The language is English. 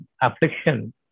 affliction